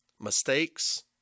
mistakes